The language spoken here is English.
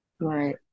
Right